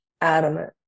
adamant